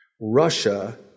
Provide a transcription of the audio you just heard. Russia